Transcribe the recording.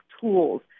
tools